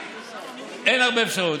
אין הרבה אפשרויות,